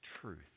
truth